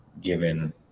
given